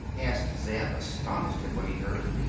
asked zeb, astonished at what he heard.